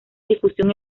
difusión